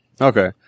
Okay